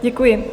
Děkuji.